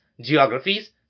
geographies